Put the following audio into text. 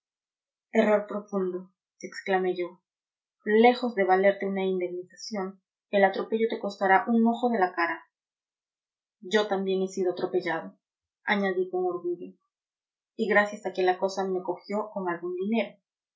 error profundo exclamé yo lejos de valerte una indemnización el atropello te costará un ojo de la cara yo también he sido atropellado añadí con orgullo y gracias a que la cosa me cogió con algún dinero